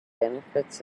benefits